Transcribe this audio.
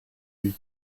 lui